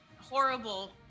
horrible